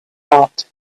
hot